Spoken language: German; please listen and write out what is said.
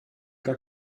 gar